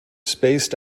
spaced